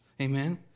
Amen